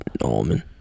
Norman